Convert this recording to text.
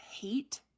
hate